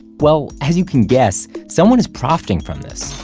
well, as you can guess, someone is profiting from this.